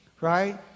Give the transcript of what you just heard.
right